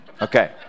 Okay